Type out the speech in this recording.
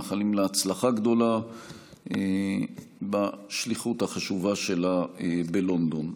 ומאחלים לה הצלחה גדולה בשליחות החשובה שלה בלונדון.